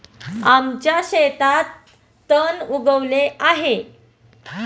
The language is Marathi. आमच्या शेतात तण उगवले आहे